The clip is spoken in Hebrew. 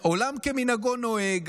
עולם כמנהגו נוהג,